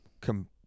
come